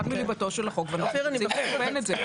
מליבתו של החוק ואנחנו רוצים ללבן את זה.